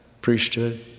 priesthood